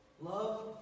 Love